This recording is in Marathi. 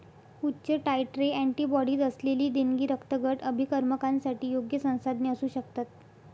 उच्च टायट्रे अँटीबॉडीज असलेली देणगी रक्तगट अभिकर्मकांसाठी योग्य संसाधने असू शकतात